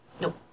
Nope